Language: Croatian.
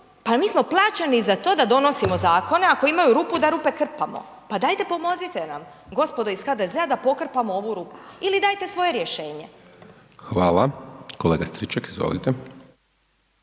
Pa mi smo plaćeni za to da donosimo zakone, ako imaju rupu, da rupe krpamo, pa dajte pomozite nam gospodo iz HDZ-a da pokrpamo ovu rupu ili dajte svoje rješenje. **Hajdaš Dončić, Siniša